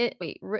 wait